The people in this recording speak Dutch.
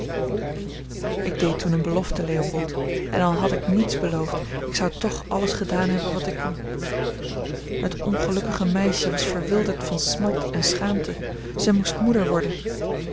ik deed toen eene belofte leopold en al had ik niets beloofd ik zou toch alles gedaan hebben wat ik kon het ongelukkige meisje was verwilderd van smart en schaamte zij moest moeder worden